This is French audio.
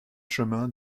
chemin